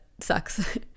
sucks